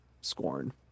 scorn